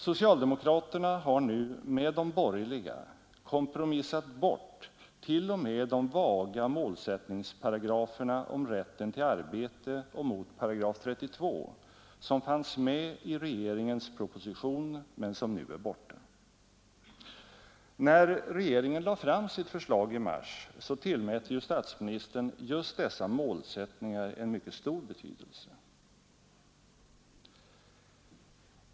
Socialdemokraterna har nu med de borgerliga kompromissat bort till och med de vaga målsättningsparagraferna om rätten till arbete och mot § 32, som fanns med i regeringens proposition, men som nu är borta. När regeringen lade fram sitt förslag i mars så tillmätte ju statsministern just dessa målsättningar en mycket stor betydelse.